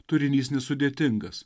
turinys nesudėtingas